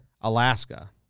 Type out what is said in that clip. Alaska